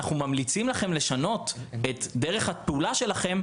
אנחנו ממליצים לכם לשנות את דרך הפעולה שלכם,